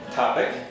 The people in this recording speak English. topic